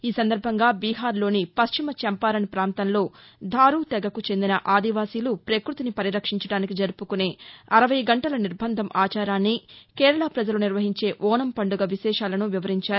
ఈ సందర్బంగా బీహార్లోని పశ్చిమ చంపారన్ పాంతంలో ధారూ తెగకు చెందిన ఆదివాసీలు పక్బతిని పరిరక్షించడానికి జరుపుకునే అరవై గంటల నిర్బంధం ఆచారాన్ని కేరళ పజలు నిర్వహించే ఓనం పండుగ విశేషాలను వివరించారు